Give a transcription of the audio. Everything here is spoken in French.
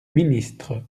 ministres